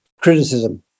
criticism